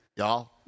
y'all